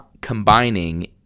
combining